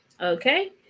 okay